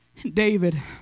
David